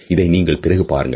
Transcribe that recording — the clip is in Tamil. இதை நீங்கள் பிறகு பாருங்கள்